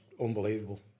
unbelievable